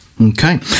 Okay